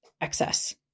excess